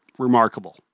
Remarkable